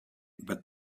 but